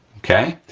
okay?